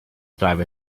driver